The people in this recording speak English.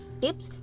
tips